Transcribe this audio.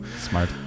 Smart